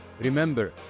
remember